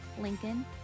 Lincoln